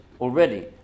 already